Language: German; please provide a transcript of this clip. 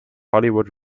hollywood